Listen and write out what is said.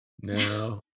No